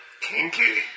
Kinky